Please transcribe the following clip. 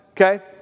okay